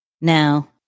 Now